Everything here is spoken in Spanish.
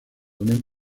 unen